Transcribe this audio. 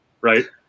Right